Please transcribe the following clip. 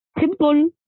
simple